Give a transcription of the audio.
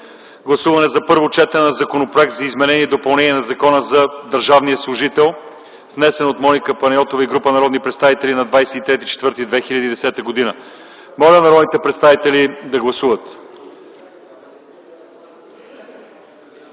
поставям на първо гласуване Законопроект за изменение и допълнение на Закона за държавния служител, внесен от Моника Панайотова и група народни представители на 23.04.2010 г. Моля народните представители да гласуват.